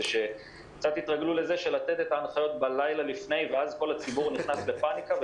זה שקצת התרגלו לתת את ההנחיות בלילה לפני ואז כל הציבור נכנס לפניקה.